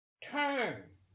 Turn